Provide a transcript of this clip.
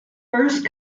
first